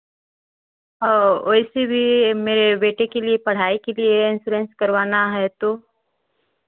औ इसीलिए मेरे बेटे के लिए पढ़ाई के लिए इंसोरेन्स करवाना है तो